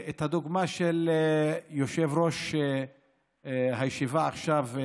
אני הייתי לוקח את הדוגמה של יושב-ראש הישיבה עכשיו,